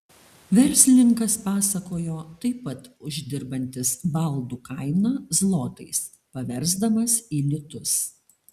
verslininkas pasakojo taip pat uždirbantis baldų kainą zlotais paversdamas į litus